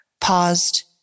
paused